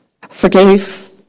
forgave